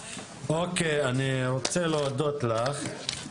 אוקיי, אני רוצה להודות לך.